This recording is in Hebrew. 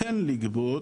כן לגבות